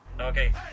okay